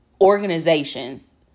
organizations